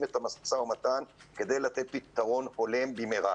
את המשא ומתן כדי לתת פתרון הולם במהרה,